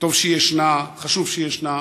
טוב שהיא ישנה, חשוב שהיא ישנה.